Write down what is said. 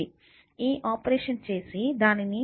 ఈ ఆపరేషన్ చేసి దానిని p1కి కేటాయించండి